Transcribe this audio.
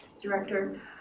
Director